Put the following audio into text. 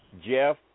Jeff